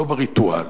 לא בריטואל.